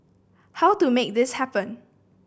how to make this happen